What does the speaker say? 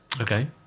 Okay